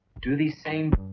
do these same